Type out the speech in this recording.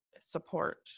support